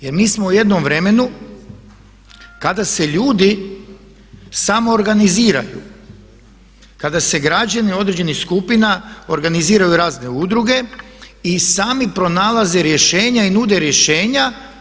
Jer mi smo u jednom vremenu kada se ljudi samoorganiziraju, kada se građani određenih skupina organiziraju u razne udruge i sami pronalaze rješenja i nude rješenja.